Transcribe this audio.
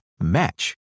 match